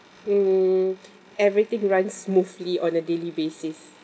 mm everything runs smoothly on a daily basis